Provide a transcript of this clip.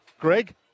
Greg